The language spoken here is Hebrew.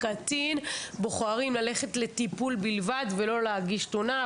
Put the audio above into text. הקטין בוחרים ללכת לטיפול בלבד ולא להגיש תלונה,